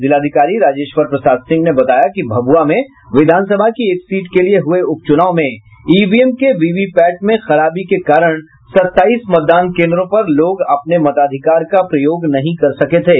जिलाधिकारी राजेश्वर प्रसाद सिंह ने बताया कि भभुआ में विधानसभा की एक सीट के लिए हुये उप चुनाव में ईवीएम के वीवीपैट में खराबी के कारण सत्ताईस मतदान केंद्रों पर लोग अपने मताधिकार का प्रयोग नहीं कर सके थे